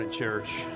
Church